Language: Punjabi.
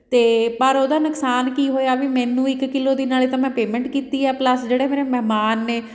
ਅਤੇ ਪਰ ਉਹਦਾ ਨੁਕਸਾਨ ਕੀ ਹੋਇਆ ਵੀ ਮੈਨੂੰ ਇੱਕ ਕਿੱਲੋ ਦੀ ਨਾਲੇ ਤਾਂ ਮੈਂ ਪੇਮੈਂਟ ਕੀਤੀ ਆ ਪਲੱਸ ਜਿਹੜੇ ਮੇਰੇ ਮਹਿਮਾਨ ਨੇ